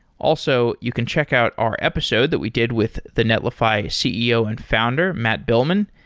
also, you can check out our episode that we did with the netlify ceo and founder matt billman.